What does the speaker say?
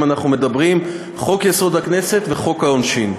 אנחנו מדברים: חוק-יסוד: הכנסת וחוק העונשין.